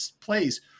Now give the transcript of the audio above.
place